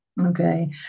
okay